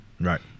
Right